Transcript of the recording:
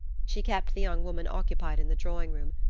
she kept the young woman occupied in the drawing-room,